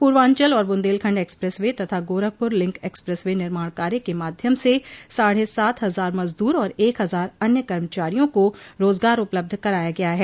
पूर्वांचल और Bundelkhand expressway तथा Gorakhpur link expressway निर्माण कार्य के माध्यम से साढ़े सात हजार मजदूर और एक हजार अन्य कर्मचारियों को रोजगार उपलब्ध कराया गया है